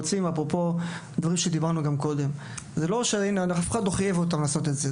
אפרופו הדברים שדיברנו גם קודם: אף אחד לא חייב אותם לעשות את זה.